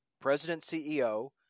president-CEO